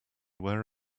wear